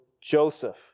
Joseph